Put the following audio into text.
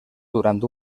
durant